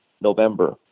November